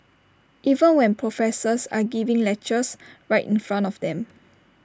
even when professors are giving lectures right in front of them